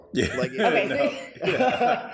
Okay